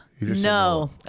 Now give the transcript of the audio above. no